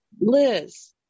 Liz